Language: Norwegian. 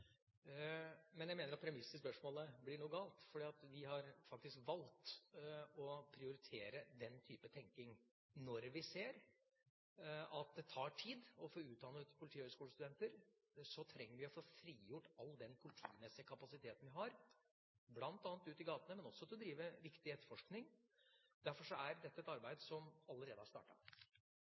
Men jeg mener at premisset i spørsmålet blir noe galt, for vi har faktisk valgt å prioritere den type tenkning. Når vi har sett at det tar tid å få utdannet politihøyskolestudenter, trenger vi å få frigjort all den politimessige kapasiteten vi har, ikke bare ute i gatene, men også til å drive viktig etterforskning. Derfor er dette et arbeid som allerede har